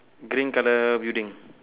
green colour building